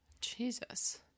Jesus